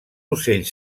ocell